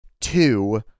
two